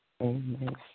Amen